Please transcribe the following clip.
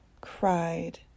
cried